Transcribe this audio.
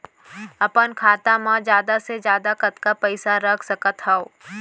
अपन खाता मा जादा से जादा कतका पइसा रख सकत हव?